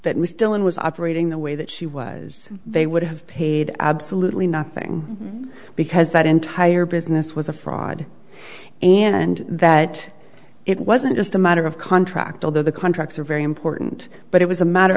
that was still and was operating the way that she was they would have paid absolutely nothing because that entire business was a fraud and that it wasn't just a matter of contract although the contracts are very important but it was a matter